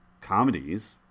comedies